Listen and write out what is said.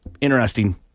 interesting